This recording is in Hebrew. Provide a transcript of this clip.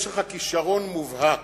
יש לך כשרון מובהק.